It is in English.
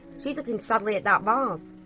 she's looking sadly at that vase.